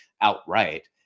outright